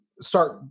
start